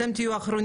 אתם תהיו אחרונים,